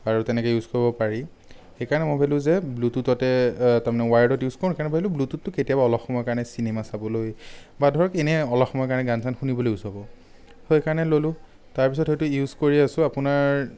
আৰু তেনেকৈ ইউজ কৰিব পাৰি সেইকাৰণে মই ভাবিলোঁ যে ব্লুটুথতে তাৰমানে ৱায়াৰ্ডত ইউজ কৰোঁ সেইকাৰণে ভাবিলোঁ ব্লুটুথটো কেতিয়াবা অলপ সময়ৰ কাৰণে চিনেমা চাবলৈ বা ধৰক এনেই অলপ সময়ৰ কাৰণে গান চান শুনিবলৈ ইউজ হ'ব সেইকাৰণে ল'লো তাৰ পিছত হয়তো ইউজ কৰি আছোঁ আপোনাৰ